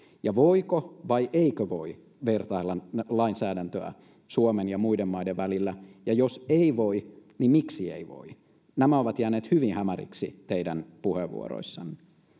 ja voiko vai eikö voi vertailla lainsäädäntöä suomen ja muiden maiden välillä jos ei voi niin miksi ei voi nämä ovat jääneet hyvin hämäriksi teidän puheenvuoroissanne